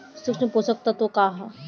सूक्ष्म पोषक तत्व का ह?